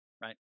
right